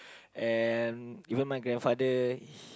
and even my grandfather